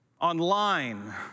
online